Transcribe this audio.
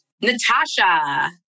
Natasha